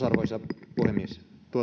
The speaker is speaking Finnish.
arvoisa puhemies